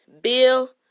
Bill